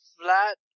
flat